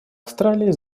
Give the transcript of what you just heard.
австралии